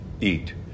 eat